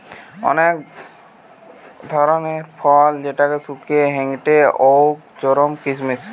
অক ধরণের ফল যেটা শুকিয়ে হেংটেং হউক জেরোম কিসমিস